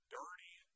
dirty